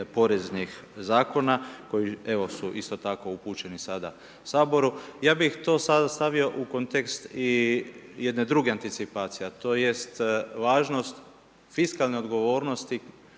poreznih zakona koji evo su isto tako upućeni sada Saboru. Ja bih to sada stavio u kontekst i jedne druge anticipacije a to jest važnost fiskalne odgovornosti